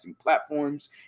platforms